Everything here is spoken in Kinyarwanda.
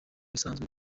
bisanzwe